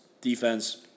defense